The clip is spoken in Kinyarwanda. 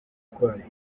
kwayo